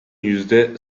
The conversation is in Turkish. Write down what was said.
yüzde